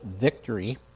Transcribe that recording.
victory